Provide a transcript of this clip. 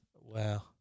Wow